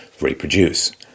reproduce